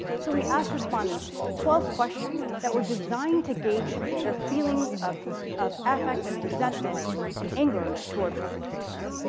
so we asked respondents twelve questions that were designed to gauge their feelings of of affect and resentment and anger toward perpetrators,